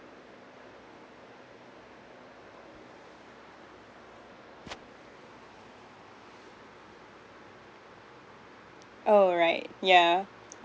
oh right yeah